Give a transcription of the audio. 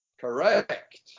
Correct